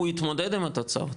הוא יתמודד עם התוצאות.